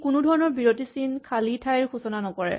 ই কোনো ধৰণৰ বিৰতি চিন খালী ঠাইৰ সূচনা নকৰে